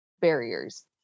barriers